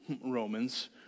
Romans